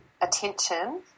attention